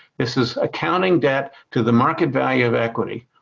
this is accounting debt to the market value of equity.